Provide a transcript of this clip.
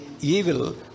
evil